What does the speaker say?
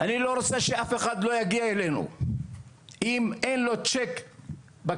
אני לא רוצה שאף אחד לא יגיע אלינו אם אין לו צ'ק בכיס.